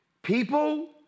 People